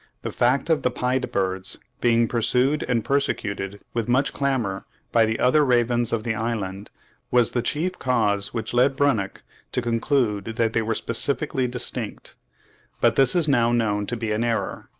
the fact of the pied birds being pursued and persecuted with much clamour by the other ravens of the island was the chief cause which led brunnich to conclude that they were specifically distinct but this is now known to be an error.